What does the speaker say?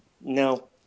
No